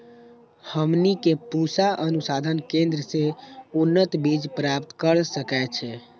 हमनी के पूसा अनुसंधान केंद्र से उन्नत बीज प्राप्त कर सकैछे?